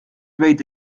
weet